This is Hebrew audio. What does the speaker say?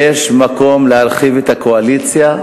יש מקום להרחיב את הקואליציה,